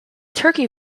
turkey